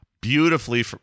beautifully